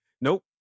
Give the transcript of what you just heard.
Nope